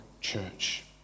church